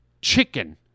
chicken